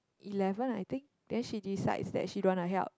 eleven I think then she decides that she don't wanna help